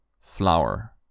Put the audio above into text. Flower